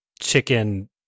Chicken